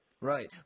Right